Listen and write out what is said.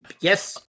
Yes